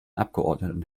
abgeordneten